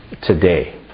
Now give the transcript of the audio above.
Today